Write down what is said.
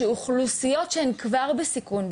שאוכלוסיות שהן כבר בסיכון,